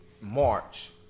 March